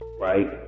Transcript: right